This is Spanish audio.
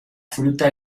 fruta